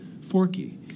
forky